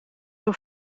door